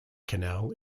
canal